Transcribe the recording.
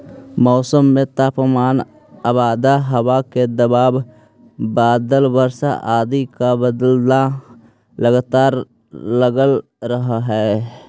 मौसम में तापमान आद्रता हवा का दबाव बादल वर्षा आदि का बदलना लगातार लगल रहअ हई